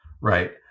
right